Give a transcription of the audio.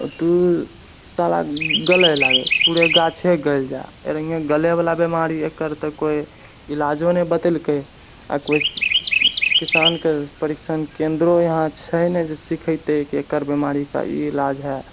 तऽ ओ सारा गलै लागे पूरे गाछे गलि जाइ एहिनाही गलैवला बीमारी एकर तऽ कोई इलाजो नहि बतेलकै आओर कोई किसानके परीक्षण केन्द्रो यहाँ छै ने जे सिखैते कि एकर बीमारीके ई इलाज हैत